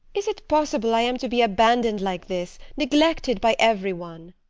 is it possible i am to be abandoned like this neglected by every one?